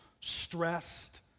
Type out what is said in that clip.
stressed